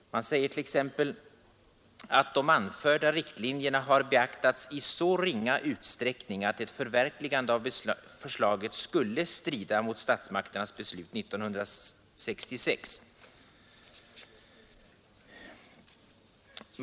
Man säger t.ex. att de anförda riktlinjerna har beaktats i så ringa utsträckning att ett förverkligande av förslaget skulle strida mot statsmakternas beslut 1966.